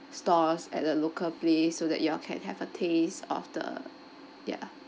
stores at a local place so that you all can have a taste of the ya